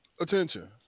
Attention